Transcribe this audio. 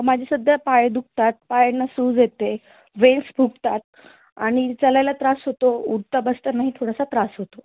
माझे सध्या पाय दुखतात पायांना सूज येते वेन्स फुगतात आणि चालायला त्रास होतो उठता बसतानाही थोडासा त्रास होतो